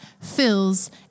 fills